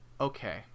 Okay